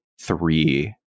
three